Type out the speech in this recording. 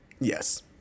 Yes